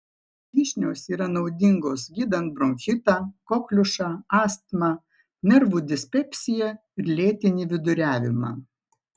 vyšnios yra naudingos gydant bronchitą kokliušą astmą nervų dispepsiją ir lėtinį viduriavimą